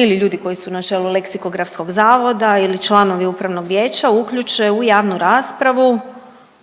ili ljudi koji su na čelu Leksikografskog zavoda ili članovi Upravnog vijeća uključe u javnu raspravu